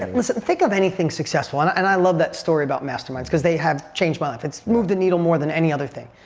and listen, think of anything successful. and and i love that story about masterminds because they have changed my life. it's moved the needle more than any other thing.